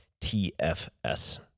TFS